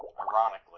ironically